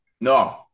No